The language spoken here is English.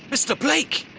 mr. blake!